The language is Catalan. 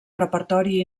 repertori